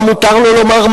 מה מותר לו לומר,